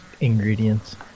ingredients